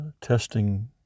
Testing